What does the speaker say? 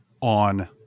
on